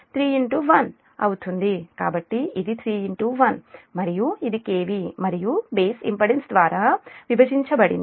కాబట్టి ఇది 3 1 మరియు ఇది kV మరియు బేస్ ఇంపెడెన్స్ ద్వారా విభజించబడింది